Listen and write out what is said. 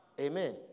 Amen